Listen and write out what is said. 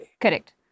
Correct